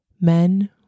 men